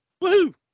woo